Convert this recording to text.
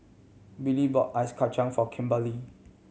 Billie bought ice kacang for Kimberely